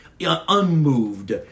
unmoved